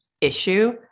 issue